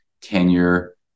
tenure